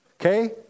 Okay